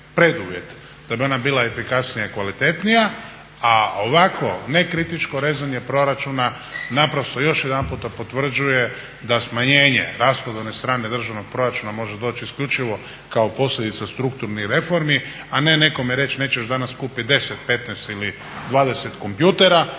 da bi ona bila efikasnija i kvalitetnija. A ovakvo nekritičko rezanje proračuna naprosto još jedanputa potvrđuje da smanjenje rashodovne strane državnog proračuna može doći isključivo kao posljedica strukturnih reformi a ne nekome reći nećeš danas kupiti 10, 15 ili 20 kompjutora